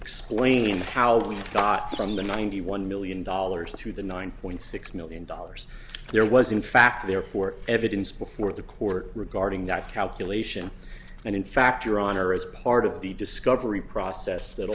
explain how we got from the ninety one million dollars to the nine point six million dollars there was in fact there for evidence before the court regarding that calculation and in fact your honor as part of the discovery process that